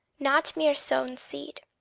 not mere sown seed!